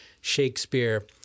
Shakespeare